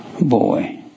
Boy